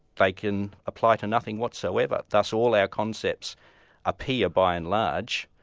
they can apply to nothing whatsoever, thus all our concepts appear by and large,